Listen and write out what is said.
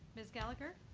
ms. gallagher?